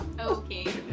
Okay